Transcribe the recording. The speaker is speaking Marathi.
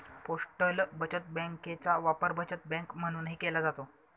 पोस्टल बचत बँकेचा वापर बचत बँक म्हणूनही केला जातो